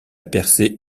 percée